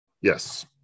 Yes